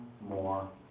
more